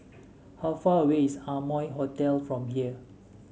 how far away is Amoy Hotel from here